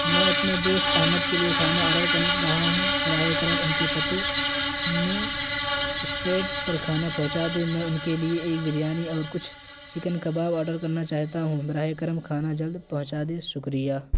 میں اپنے دوست احمد کے لیے کھانا آڈر کن رہا ہوں براہِ کرم ان کے پتے میں اسٹریٹ پر کھانا پہنچا دیں میں ان کے لیے ایک بریانی اور کچھ چکن کباب آڈر کرنا چاہتا ہوں براہِ کرم کھانا جلد پہنچا دیں شکریہ